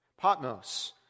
Potmos